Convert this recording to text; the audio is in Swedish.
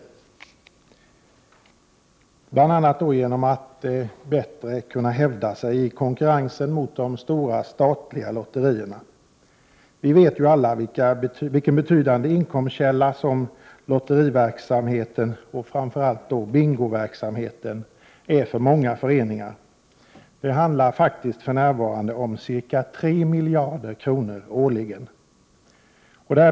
Det skall bl.a. ske genom att de bättre skall kunna hävda sig i konkurrensen med de stora statliga lotterierna. Vi vet ju alla vilken betydande inkomstkälla som lotteriverksamheten, och framför allt då bingoverksamheten, utgör för många föreningar. Det handlar faktiskt för närvarande om ca 3 miljarder kronor årligen.